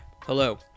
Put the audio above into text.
hello